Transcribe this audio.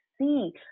see